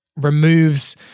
removes